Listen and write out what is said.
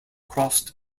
crossed